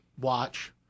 watch